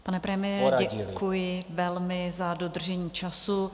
Pane premiére, děkuji velmi za dodržení času.